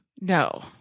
No